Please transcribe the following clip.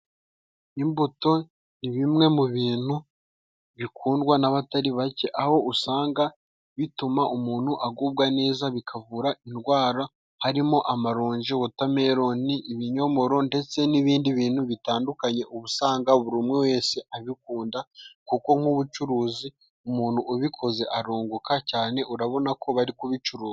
Imbuto ni bimwe mu bintu bikundwa n'abatari bake, aho usanga bituma umuntu agubwa neza bikavura indwara harimo amaronji, wotameloni, ibinyomoro ndetse n'ibindi bintu bitandukanye, uba usanga buri umwe wese abikunda kuko nk'ubucuruzi umuntu ubikoze arunguka cyane urabona ko bari kubicuruza.